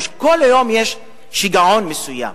כל יום יש שיגעון מסוים.